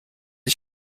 ich